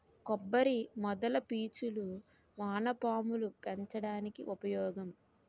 కొబ్బరి మొదల పీచులు వానపాములు పెంచడానికి ఉపయోగం